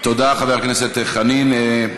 תודה, חבר הכנסת חנין.